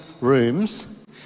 rooms